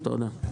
תודה.